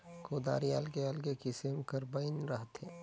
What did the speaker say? कुदारी अलगे अलगे किसिम कर बइन रहथे